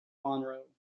monroe